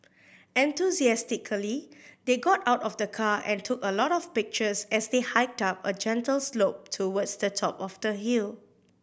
enthusiastically they got out of the car and took a lot of pictures as they hiked up a gentle slope towards the top of the hill